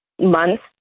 months